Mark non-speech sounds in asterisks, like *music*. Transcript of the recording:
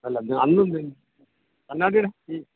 അല്ല *unintelligible* അന്ന് കണ്ണാടിയുടെ ഈ